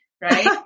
right